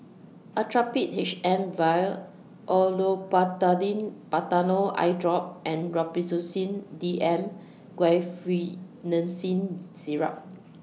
Actrapid H M Vial Olopatadine Patanol Eyedrop and Robitussin D M Guaiphenesin Syrup